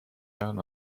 down